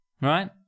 right